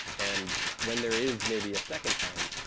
and when there is maybe a second time,